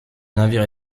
navire